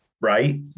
Right